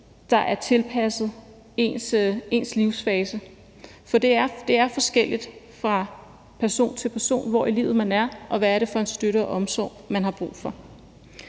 der er tilpasset ens livsfase. For det er forskelligt fra person til person, og hvor i livet man er, hvad det er for en støtte og omsorg, man har brug for.